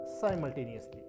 simultaneously